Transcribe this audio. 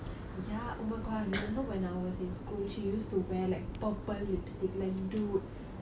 ya oh my god I remember when I was in school she used to wear like purple lipstick like dude